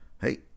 Hey